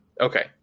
okay